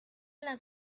las